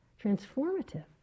transformative